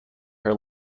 her